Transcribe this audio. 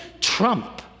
Trump